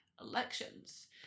elections